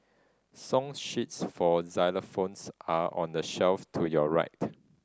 song sheets for xylophones are on the shelf to your right